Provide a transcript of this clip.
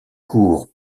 cours